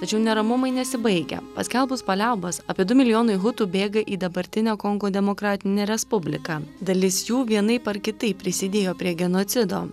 tačiau neramumai nesibaigia paskelbus paliaubas apie du milijonai hutų bėga į dabartinę kongo demokratinę respubliką dalis jų vienaip ar kitaip prisidėjo prie genocido